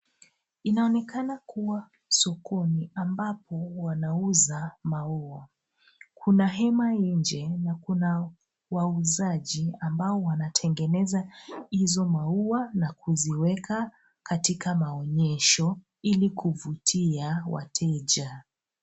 Inaonekana kuwa sokoni ambapo wanauza maua. Kuna hema nje na kuna wauzaji ambao wanatengeneza hizohayo na kuyaweka kwenye maonyesho ili kuvutia wateja.